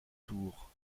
tours